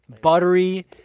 buttery